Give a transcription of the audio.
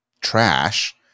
trash